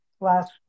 last